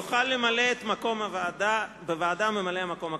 רק בהיעדרם של כל אלה יוכל למלא את המקום בוועדה ממלא-המקום הקבוע.